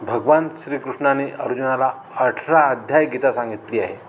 भगवान श्रीकृष्णांनी अर्जुनाला अठरा अध्याय गीता सांगितली आहे